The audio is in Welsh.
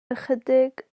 ychydig